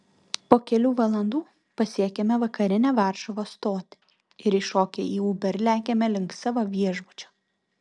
po kelių valandų pasiekiame vakarinę varšuvos stotį ir įšokę į uber lekiame link savo viešbučio